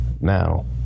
Now